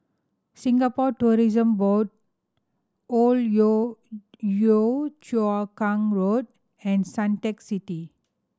Singapore Tourism Board Old Yio Yio Chu Kang Road and Suntec City